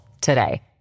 today